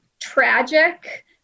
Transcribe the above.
tragic